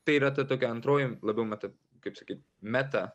tai yra ta tokia antroji labiau meta kaip sakyt meta